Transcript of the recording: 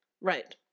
Right